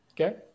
Okay